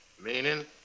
Meaning